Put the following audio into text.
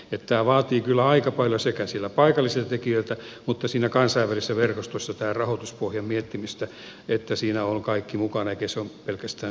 tämä vaatii kyllä aika paljon siellä paikallisilta tekijöiltä mutta myös siinä kansainvälisessä verkostossa tämän rahoituspohjan miettimistä että siinä on kaikki mukana eikä se ole pelkästään suomalainen hanke